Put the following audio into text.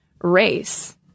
race